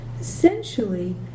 Essentially